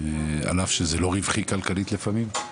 על אף שזה לא רווחי כלכלית לפעמים.